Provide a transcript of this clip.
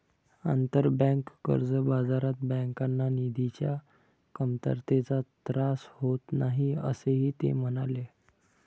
आंतरबँक कर्ज बाजारात बँकांना निधीच्या कमतरतेचा त्रास होत नाही, असेही ते म्हणाले